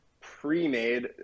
pre-made